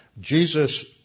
Jesus